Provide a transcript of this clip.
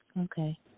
Okay